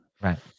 Right